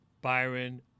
Byron